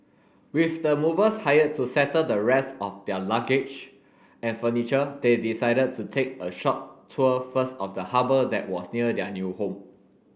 with the movers hired to settle the rest of their luggage and furniture they decided to take a short tour first of the harbour that was near their new home